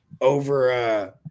Over